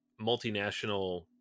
multinational